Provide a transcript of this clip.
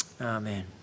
Amen